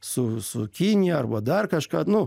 su su kinija arba dar kažką nu